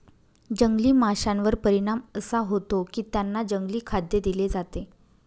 जंगली माशांवर परिणाम असा होतो की त्यांना जंगली खाद्य दिले जाते